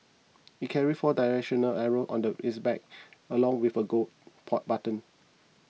it carries four directional arrows on its back along with a Go button